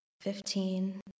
Fifteen